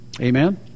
Amen